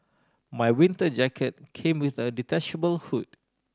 my winter jacket came with a detachable hood